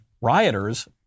rioters